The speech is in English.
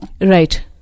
Right